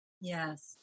Yes